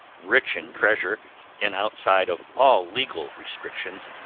rich in treasure and outside of all legal restrictions,